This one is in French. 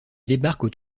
débarquent